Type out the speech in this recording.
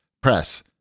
press